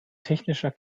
technischer